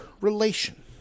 relation